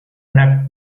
una